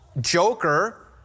Joker